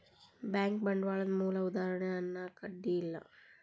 bank ಬಂಡ್ವಾಳದ್ ಮೂಲ ಉದಾಹಾರಣಿ ಅನ್ನಾಕ ಅಡ್ಡಿ ಇಲ್ಲಾ